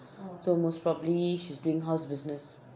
so most probably she's doing house business